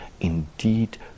indeed